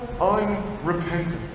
unrepentant